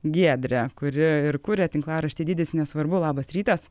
giedre kuri ir kuria tinklaraštį dydis nesvarbu labas rytas